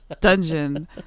dungeon